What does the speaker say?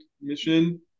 mission